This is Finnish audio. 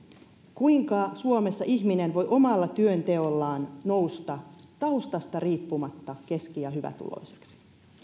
kuinka suomessa ihminen voi omalla työnteollaan nousta taustasta riippumatta keski ja hyvätuloiseksi